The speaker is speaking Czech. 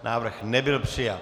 Návrh nebyl přijat.